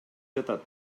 жатат